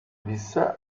visse